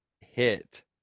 hit